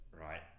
right